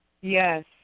Yes